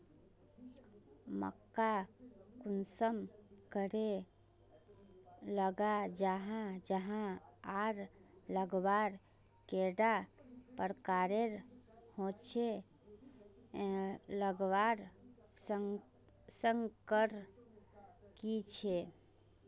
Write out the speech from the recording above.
मक्का कुंसम करे लगा जाहा जाहा आर लगवार कैडा प्रकारेर होचे लगवार संगकर की झे?